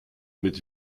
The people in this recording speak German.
mit